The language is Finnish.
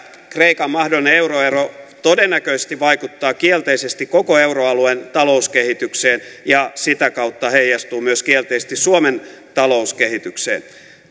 kreikan mahdollinen euroero todennäköisesti vaikuttaa kielteisesti koko euroalueen talouskehitykseen ja myös sitä kautta heijastuu kielteisesti suomen talouskehitykseen